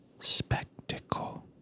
spectacle